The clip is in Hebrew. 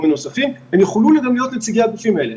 הם יוכלו גם להיות נציגי הגופים האלה,